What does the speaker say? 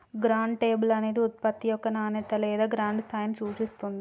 ground label అనేది ఉత్పత్తి యొక్క నాణేత లేదా గ్రౌండ్ స్థాయిని సూచిత్తుంది